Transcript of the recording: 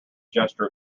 gesture